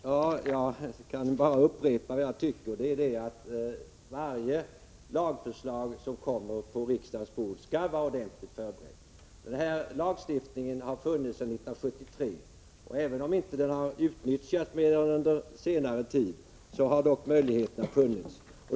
Herr talman! Jag kan bara upprepa vad jag tycker: Varje lagförslag som kommer på riksdagens bord skall vara ordentligt förberett. Denna lagstiftning har funnits sedan 1973. Även om den har utnyttjats först under senare tid, har dock möjligheterna funnits.